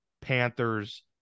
Panthers